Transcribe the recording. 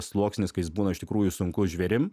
sluoksnis kai jis būna iš tikrųjų sunkus žvėrim